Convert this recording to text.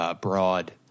broad